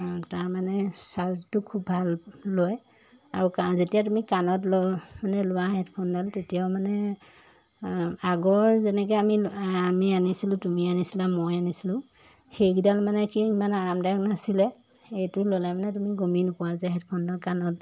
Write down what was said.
তাৰমানে চাৰ্জটো খুব ভাল লয় আৰু কা যেতিয়া তুমি কাণত ল মানে লোৱা হেডফোনডাল তেতিয়াও মানে আগৰ যেনেকৈ আমি আমি আনিছিলোঁ তুমি আনিছিলা মই আনিছিলোঁ সেইকিডাল মানে কি ইমান আৰামদায়ক নাছিলে এইটো ল'লে মানে তুমি গমেই নোপোৱা যে হেডফোনডাল কাণত